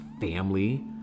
family